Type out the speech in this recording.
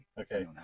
Okay